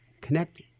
Connect